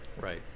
Right